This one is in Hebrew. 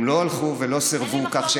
הם לא הלכו ולא סירבו, אין לי מחלוקת על כך.